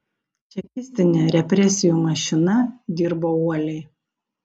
čekistinė represijų mašina dirbo uoliai